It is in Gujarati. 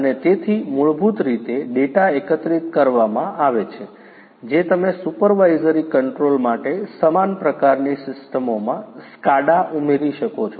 અને તેથી મૂળભૂત રીતે ડેટા એકત્રિત કરવામાં આવે છે જે તમે સુપરવાઇઝરી કંટ્રોલ માટે સમાન પ્રકારની સિસ્ટમોમાં SCADA ઉમેરી શકો છો